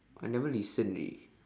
I never listen already